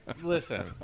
Listen